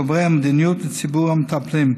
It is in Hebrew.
קובעי המדיניות וציבור המטפלים.